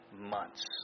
months